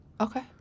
Okay